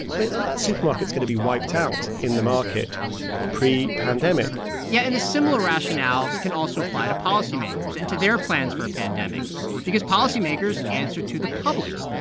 like and that supermarket's going to be wiped out in the market prepandemic yeah. and a similar rationale can also apply to policymakers and to their plans for a pandemic because policymakers answer to the public.